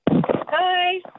Hi